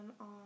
on